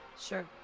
Sure